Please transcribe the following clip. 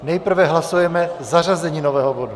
Nejprve hlasujeme zařazení nového bodu.